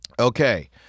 Okay